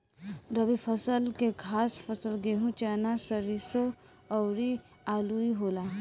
रबी फसल के खास फसल गेहूं, चना, सरिसो अउरू आलुइ होला